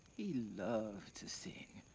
he loved to sing.